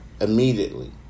immediately